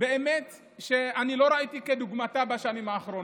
שלא ראיתי כדוגמתה בשנים האחרונות.